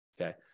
okay